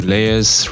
Layers